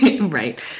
right